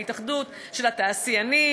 ההתאחדות של התעשיינים,